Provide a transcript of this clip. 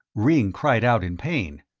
ringg cried out in pain.